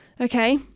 Okay